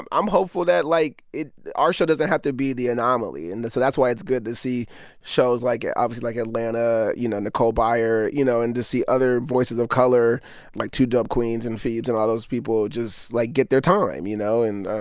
i'm i'm hopeful that, like, it our show doesn't have to be the anomaly. and so that's why it's good to see shows like obviously, like atlanta, you know, nicole byer, you know, and to see other voices of color like two dope queens, and pheebs and all those people just, like, get their time, you know? and.